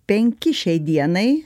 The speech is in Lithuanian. penki šiai dienai